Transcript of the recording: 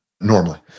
normally